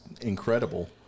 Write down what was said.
incredible